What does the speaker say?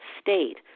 state